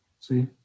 See